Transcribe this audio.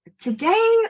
Today